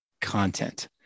content